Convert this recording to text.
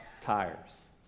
tires